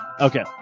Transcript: Okay